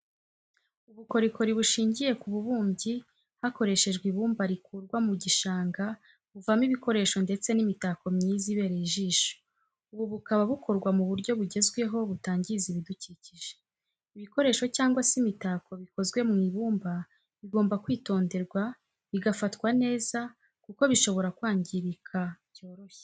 Ubukorikori bushingiye ku bubumbyi hakoreshejwe ibumba rikurwa mu gishanga buvamo ibikoresho ndetse n'imitako myiza ibereye ijisho, ubu bukaba bukorwa mu buryo bugezweho butangiza ibidukikije. ibikoresho cyangwa se imitako bikozwe mu ibumba bigomba kwitonderwa bigafatwa neza kuko bishobora kwangirika byoroshye.